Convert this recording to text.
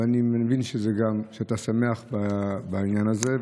ואני מבין שאתה שמח בעניין הזה.